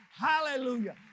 Hallelujah